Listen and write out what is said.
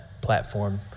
platform